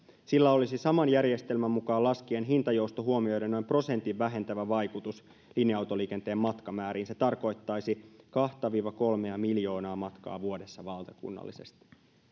sillä olisi saman järjestelmän mukaan laskien hintajousto huomioiden noin prosentin vähentävä vaikutus linja autoliikenteen matkamääriin se tarkoittaisi kahta viiva kolmea miljoonaa matkaa vuodessa valtakunnallisesti